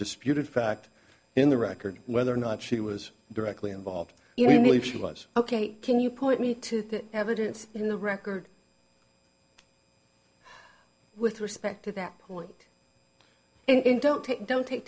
disputed fact in the record whether or not she was directly involved you know if she was ok can you point me to the evidence in the record with respect to that point and don't take don't take